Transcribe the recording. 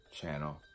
channel